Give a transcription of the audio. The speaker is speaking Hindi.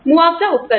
मुआवजा उपकरण